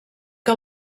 que